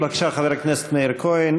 בבקשה, חבר הכנסת מאיר כהן.